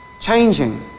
changing